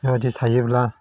बेबायदि थायोब्ला